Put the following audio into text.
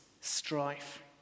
strife